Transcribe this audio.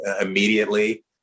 immediately